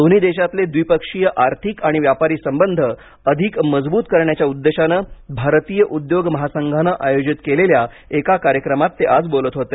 दोन्ही देशांतले द्विपक्षीय आर्थिक आणि व्यापारी संबंध अधिक मजबूत करण्याच्या उद्देशाने भारतीय उद्योग महासंघानं आयोजित केलेल्या एका कार्यक्रमात ते आज बोलत होते